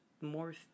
more